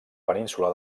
península